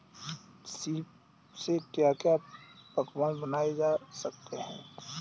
सीप से क्या क्या पकवान बनाए जा सकते हैं?